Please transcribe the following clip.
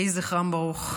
יהי זכרם ברוך.